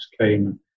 came